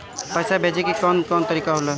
पइसा भेजे के कौन कोन तरीका होला?